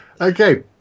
Okay